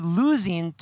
losing